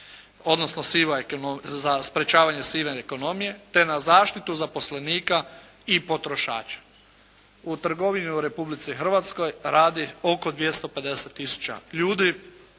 odnosno za sprječavanje sive ekonomije te na zaštitu zaposlenika i potrošača. U trgovini u Republici Hrvatskoj radi oko 250 tisuća ljudi.